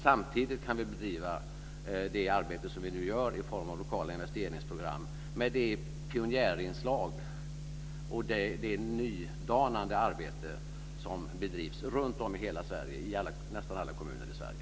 Samtidigt kan vi bedriva det arbete som vi nu gör i form av lokala investeringsprogram, med ett pionjärinslag och det nydanande arbete som bedrivs runtom i hela Sverige, i nästan alla kommuner i Sverige.